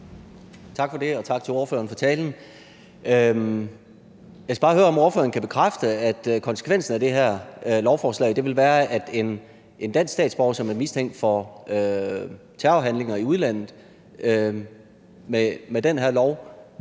Tak for det, og tak til ordføreren for talen. Jeg skal bare høre, om ordføreren kan bekræfte, at konsekvensen af det her lovforslag vil være, at en dansk statsborger, som er mistænkt for terrorhandlinger i udlandet, så i